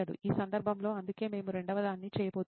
ఈ సందర్భంలో అందుకే మేము రెండవదాన్ని చేయబోతున్నాం